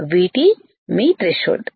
VT మీ threshold threshold